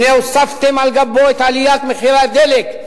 הנה הוספתם על גבו את עליית מחירי הדלק,